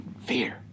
Fear